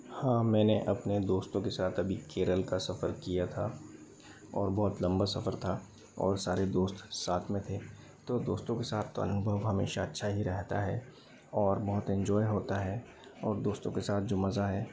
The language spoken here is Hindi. हाँ मैंने अपने दोस्तों के साथ अभी केरल का सफ़र किया था और बहुत लम्बा सफ़र था और सारे दोस्त साथ में थे तो दोस्तों के साथ तो अनुभव हमेशा अच्छा ही रहता है और बहुत एन्जॉय होता है और दोस्तों के साथ जो मज़ा है